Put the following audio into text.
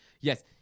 yes